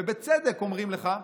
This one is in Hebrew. ובצדק אומרים לך: